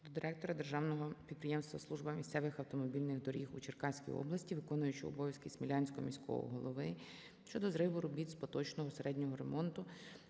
директора Державного підприємства "Служба місцевих автомобільних доріг у Черкаській області", виконуючого обов'язки Смілянського міського голови щодо зриву робіт з поточного середнього ремонту